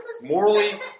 Morally